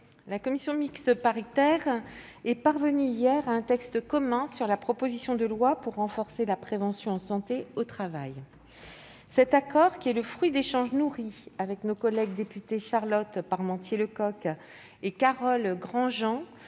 la commission mixte paritaire est parvenue hier à un texte commun sur la proposition de loi pour renforcer la prévention en santé au travail. Cet accord, qui est le fruit d'échanges nourris avec nos collègues députées Charlotte Parmentier-Lecocq et Carole Grandjean,